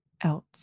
else